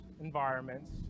environments